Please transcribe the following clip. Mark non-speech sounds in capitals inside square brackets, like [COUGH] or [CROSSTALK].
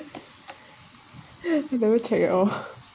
[LAUGHS] you never check at all